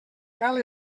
cal